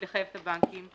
לחייב את הבנקים,